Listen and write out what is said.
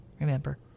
Remember